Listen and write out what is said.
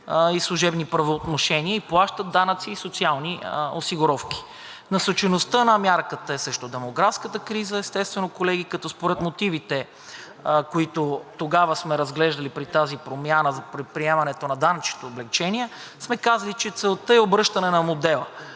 и служебни правоотношения и плащат данъци и социални осигуровки, да се запази. Насочеността на мярката е срещу демографската криза, естествено, колеги, като според мотивите, които тогава сме разглеждали при тази промяна при приемането на данъчните облекчения, сме казали, че целта е обръщане на модела,